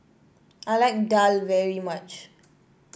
I like daal very much